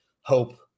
hope